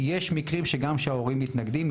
יש מקרים שגם שההורים מתנגדים.